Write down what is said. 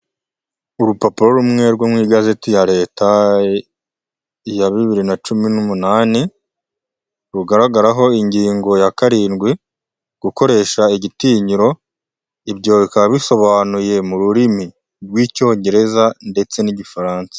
Urupapuro rumwe rwo mu igazeti ya Leta, ya bibiri na cumi n'umunani, rugaragaraho ingingo ya karindwi gukoresha igitinyiro, ibyo bikaba bisobanuye mu rurimi rw'icyongereza ndetse n'igifaransa.